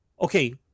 Okay